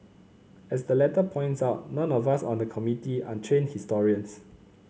as the letter points out none of us on the Committee are trained historians